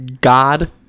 God